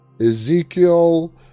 Ezekiel